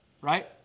right